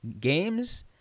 games